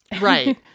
Right